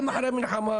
גם אחרי המלחמה,